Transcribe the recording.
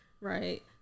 right